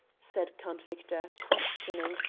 said count victor, questioning,